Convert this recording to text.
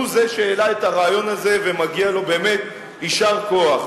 הוא זה שהעלה את הרעיון הזה ומגיע לו באמת יישר כוח.